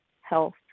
health